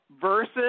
versus –